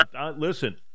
Listen